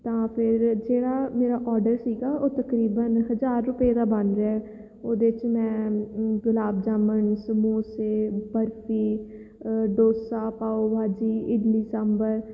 ਤਾਂ ਫਿਰ ਜਿਹੜਾ ਮੇਰਾ ਔਡਰ ਸੀਗਾ ਉਹ ਤਕਰੀਬਨ ਹਜ਼ਾਰ ਰੁਪਏ ਦਾ ਬਣ ਰਿਹਾ ਉਹਦੇ 'ਚ ਮੈਂ ਗੁਲਾਬ ਜਾਮਣ ਸਮੌਸੇ ਬਰਫੀ ਡੋਸਾ ਪਾਓ ਭਾਜੀ ਇਡਲੀ ਸੰਭਰ